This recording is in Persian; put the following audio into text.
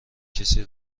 کسی